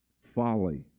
folly